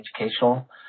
educational